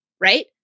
right